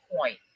point